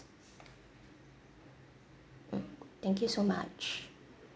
mm thank you so much